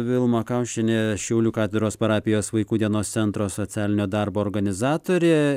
vilma kaušienė šiaulių katedros parapijos vaikų dienos centro socialinio darbo organizatorė